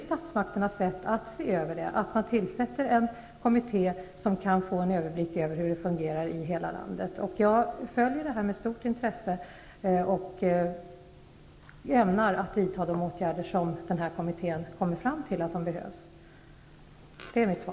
Statsmakternas sätt att se över är att tillsätta en kommitté, som kan överblicka hur det fungerar i hela landet. Jag följer arbetet med stort intresse och ämnar vidta de åtgärder som kommittén kommer fram till är nödvändiga.